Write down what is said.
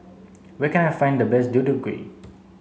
where can I find the best Deodeok Gui